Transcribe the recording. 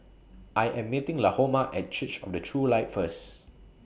I Am meeting Lahoma At Church of The True Light First